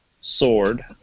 Sword